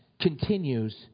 continues